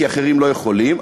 כי אחרים לא יכולים,